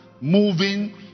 Moving